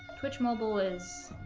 twitch mobile is